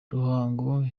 ruhango